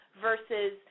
versus